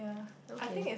okay